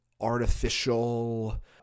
artificial